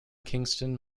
kingston